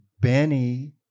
Benny